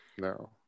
No